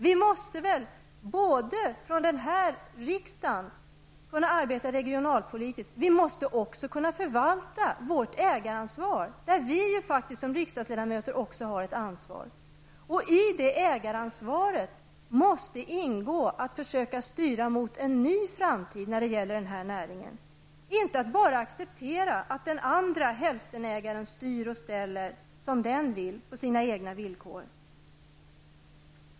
Vi i riksdagen måste väl kunna både arbeta regionalpolitiskt och förvalta vårt ägaransvar. Vi som riksdagsledamöter har också ett ansvar, och i ägaransvaret måste ligga att försöka styra mot en ny framtid för näringen, inte att bara acceptera att den andra hälftenägaren styr och ställer som den vill på sina egna villkor.